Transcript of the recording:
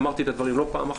אמרתי את הדברים לא פעם אחת,